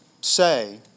say